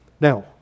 Now